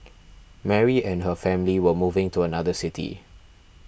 Mary and her family were moving to another city